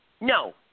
No